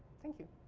thank you.